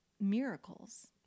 miracles